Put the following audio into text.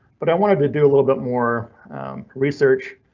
but i wanted to do a little bit more research.